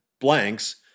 blanks